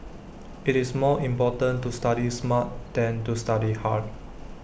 IT is more important to study smart than to study hard